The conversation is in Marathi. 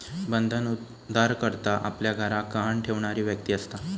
बंधक उधारकर्ता आपल्या घराक गहाण ठेवणारी व्यक्ती असता